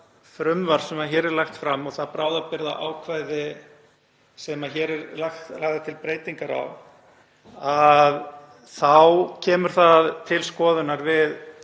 frumvarp sem hér er lagt fram og það bráðabirgðaákvæði sem hér eru lagðar til breytingar á, þá kemur það til skoðunar við